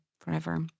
forever